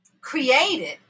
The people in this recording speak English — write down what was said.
created